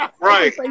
Right